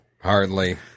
hardly